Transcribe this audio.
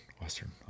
Western